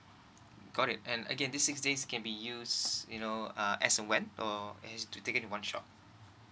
got it and again this six days can be use you know uh as and whenor has to take it in one shot